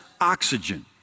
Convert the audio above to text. oxygen